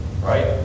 right